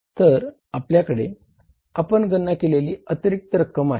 तर आपल्याकडे ही आपण गणना केलेली अतिरिक्त रक्कम आहे